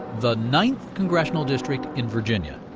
the ninth congressional district in virginia.